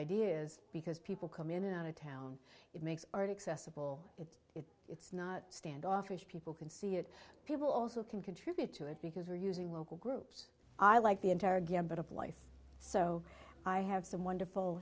ideas because people come in and out of town it makes are to excessive it's it's not standoffish people can see it people also can contribute to it because we're using local groups i like the entire gamut of life so i have some wonderful